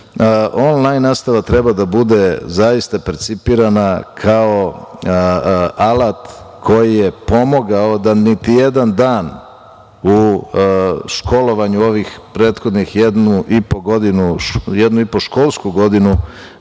onlajn nastava treba da bude zaista percipirana kao alat koji je pomogao da niti jedan dan u školovanju ovih prethodnih jednu i po školsku godinu